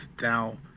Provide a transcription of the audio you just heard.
now